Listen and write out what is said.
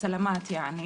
סלמאת יעני